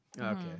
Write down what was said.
okay